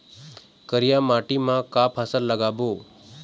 करिया माटी म का फसल लगाबो?